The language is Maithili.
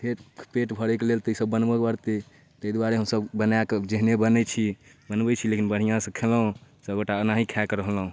फेर पेट भरैके लेल तऽ ईसब बनबऽ पड़तै ताहि दुआरे हमसभ बनाकऽ जेहने बनै छै बनबै छी लेकिन बढ़िआँसँ खएलहुँ सभगोटा ओनाहि खाकऽ रहलहुँ